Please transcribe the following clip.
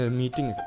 meeting